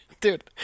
Dude